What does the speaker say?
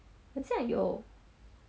好像有